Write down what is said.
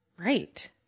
Right